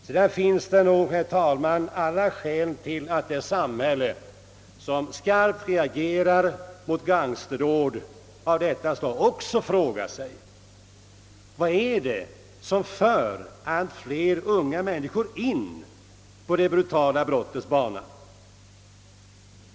Sedan finns det nog, herr talman, skäl till att det samhälle som så skarpt reagerar mot gangsterdåd av detta slag också frågar sig: Vad är det som för allt flera in på det brutala brottets bana?